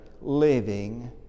living